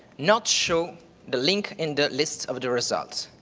not show the link in the lists of the results.